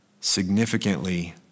significantly